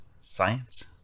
science